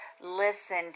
listen